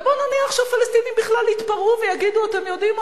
בואו נניח שהפלסטינים בכלל יתפרעו ויגידו: אתם יודעים,